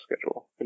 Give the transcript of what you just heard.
schedule